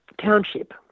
township